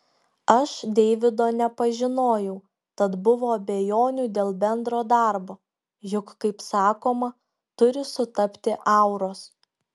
aš deivido nepažinojau tad buvo abejonių dėl bendro darbo juk kaip sakoma turi sutapti auros